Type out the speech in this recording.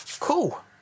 Cool